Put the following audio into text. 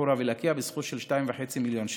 חורה ולקיה בסכום של 2.5 מיליון שקל.